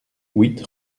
huit